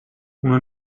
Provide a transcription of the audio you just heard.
una